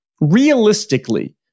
realistically